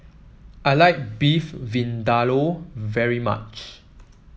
I like Beef Vindaloo very much